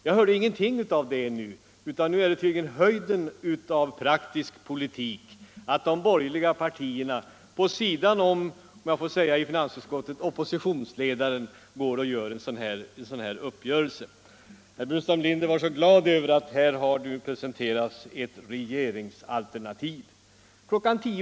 Jag hörde ingenting av det nu, utan nu är det tydligen höjden av praktisk politik att de borgerliga partierna i finansutskottet så att säga vid sidan om ”oppositionsledaren” träffar en uppgörelse. Herr Burenstam Linder var så glad över att nu har ett regeringsalternativ återuppstått.